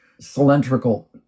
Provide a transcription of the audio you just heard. cylindrical